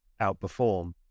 outperform